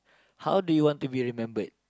how do you want to be remembered